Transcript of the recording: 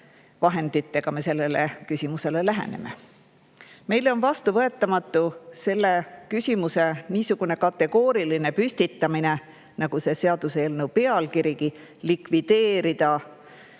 vahenditega me sellele küsimusele läheneme. Meile on vastuvõetamatu selle küsimuse niisugune kategooriline püstitamine, nagu seaduseelnõu pealkirjas on: likvideerida